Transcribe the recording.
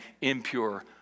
impure